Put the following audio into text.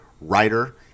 writer